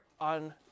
on